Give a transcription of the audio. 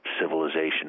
civilization